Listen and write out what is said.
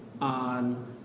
on